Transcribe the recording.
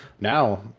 Now